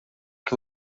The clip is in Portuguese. que